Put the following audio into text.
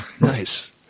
Nice